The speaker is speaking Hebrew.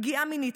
פגיעה מינית,